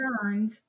burned